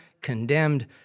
condemned